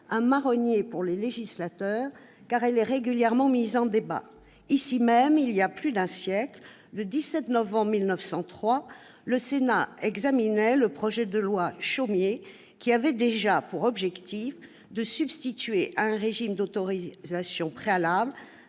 un marronnier pour les législateurs, car elle est régulièrement mise en débat. Ici même, voilà plus d'un siècle, le 17 novembre 1903, le Sénat examinait le projet de loi Chaumié, qui avait déjà pour objet de substituer, à un régime d'autorisation préalable,